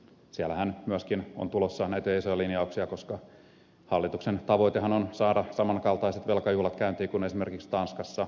siellähän on myöskin tulossa näitä isoja linjauksia koska hallituksen tavoitehan on saada saman kaltaiset velkajuhlat käyntiin kuin esimerkiksi tanskassa